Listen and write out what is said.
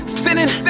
sinning